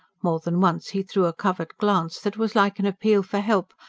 more than once he threw a covert glance, that was like an appeal for help,